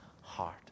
heart